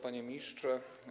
Panie Ministrze!